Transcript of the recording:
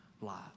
lives